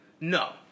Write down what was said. No